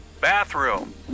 bathroom